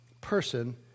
person